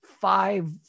five